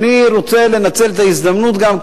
ואני רוצה לנצל את ההזדמנות גם,